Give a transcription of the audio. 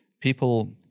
People